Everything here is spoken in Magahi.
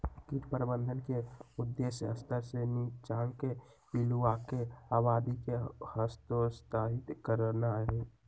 कीट प्रबंधन के उद्देश्य स्तर से नीच्चाके पिलुआके आबादी के हतोत्साहित करनाइ हइ